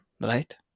right